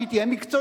שהיא תהיה מקצועית,